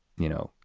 you know,